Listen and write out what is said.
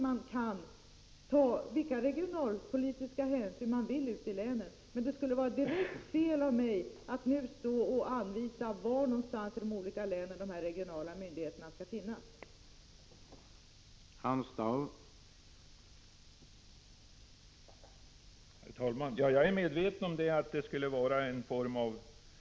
Man kan ta vilka regionalpolitiska hänsyn man vill ute i länen, men det skulle vara direkt fel av mig att nu anvisa var de regionala myndigheterna ute i länen skall placeras.